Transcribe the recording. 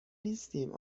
نیستیم